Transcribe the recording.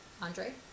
Andre